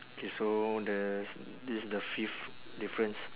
K so the this the fifth difference